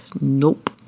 Nope